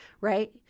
right